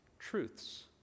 truths